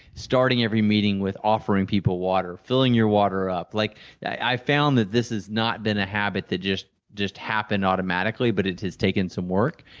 starting every meeting with offering people water, filling your water up. like i found that this has not been a habit that just just happen automatically but it has taken some work.